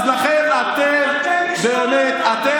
שהכי